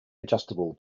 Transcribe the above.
adjustable